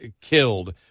killed